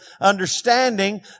understanding